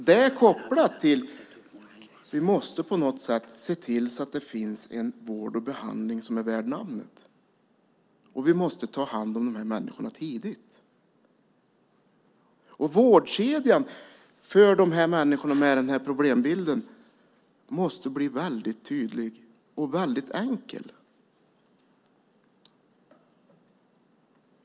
Detta är kopplat till att vi på något sätt måste se till att det finns en vård och behandling värd namnet. Vi måste ta hand om de här människorna tidigt. Vårdkedjan för människor med den här problembilden måste bli tydlig och enkelt.